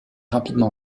rapidement